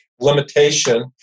limitation